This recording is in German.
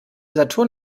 saturn